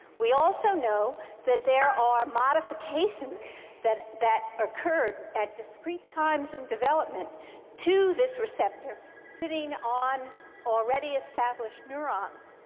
we also know that there are modifications that that occurred at discrete times in development to this receptor sitting on already established neurons.